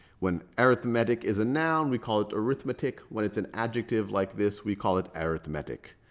when arithmetic is a noun, we call it arithmetic. when it's an adjective like this, we call it arithmetic,